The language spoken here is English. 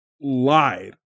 lied